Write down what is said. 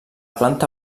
planta